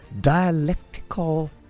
Dialectical